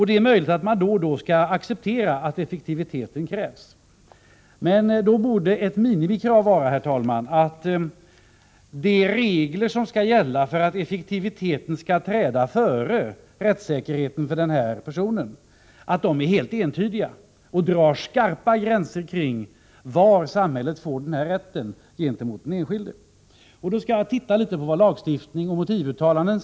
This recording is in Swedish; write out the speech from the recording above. Det är möjligt att man då och då skall acceptera effektivitetens krav. Men då borde ett minimikrav vara, herr talman, att de regler som skall gälla för att effektiviteten skall träda före rättssäkerheten för den person det gäller är helt entydiga och drar skarpa gränser kring var samhället får denna rätt gentemot den enskilde. Jag skall titta litet på vad som sägs i lagstiftning och motivuttalanden.